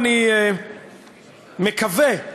אני מקווה,